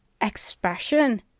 expression